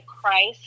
Christ